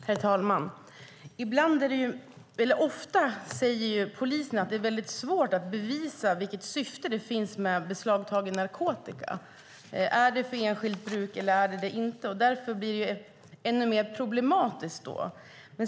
Herr talman! Ofta säger polisen att det är väldigt svårt att bevisa vilket syftet är med beslagtagen narkotika, om det är för enskilt bruk eller inte. Därför blir det ännu mer problematiskt.